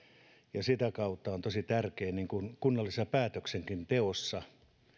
sitä kautta se on tosi tärkeää kunnallisessa päätöksenteossakin